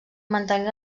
mantenir